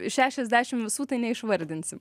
šešiasdešimt visų tai neišvardinsit